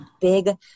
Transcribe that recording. big